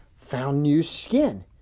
found new skin.